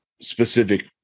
specific